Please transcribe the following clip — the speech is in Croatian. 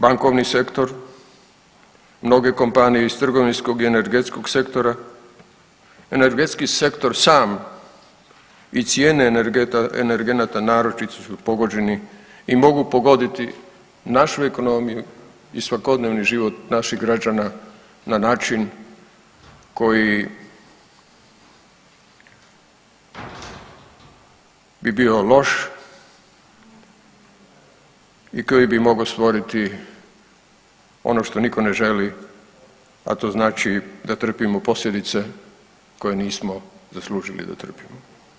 Bankovni sektor, mnoge kompanije iz trgovinskog i energetskog sektora, energetski sektor sam i cijene energenata naročito su pogođeni i mogu pogoditi našu ekonomiju i svakodnevni život naših građana na način koji bi bio loš i koji bi mogao stvoriti ono što nitko ne želi, a to znači da trpimo posljedice koje nismo zaslužili da trpimo.